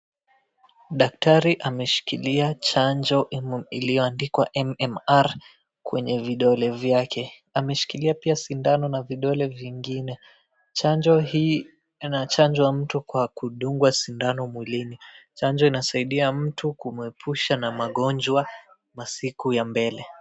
Daktari ameshikilia chanjo iliyoandikwa MMR kwenye vidole vyake. Ameshikilia pia sindano na vidole vingine. Chanjo hii inachanjwa mtu kwa kudungwa sindano mwilini. Chanjo inasaidia mtu kumwepusha na magonjwa masiku ya mbele.